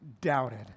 doubted